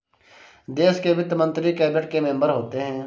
देश के वित्त मंत्री कैबिनेट के मेंबर होते हैं